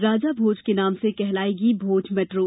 राजा भोज के नाम से कहलायेगी भोज मेट्रो